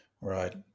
Right